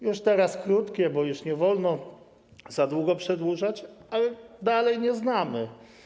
Już teraz krótkie, bo już nie wolno za bardzo przedłużać, ale dalej nie znamy.